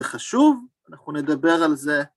זה חשוב, אנחנו נדבר על זה.